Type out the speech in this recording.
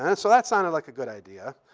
and so that sounded like a good idea.